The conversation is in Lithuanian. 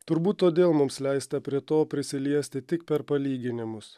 turbūt todėl mums leista prie to prisiliesti tik per palyginimus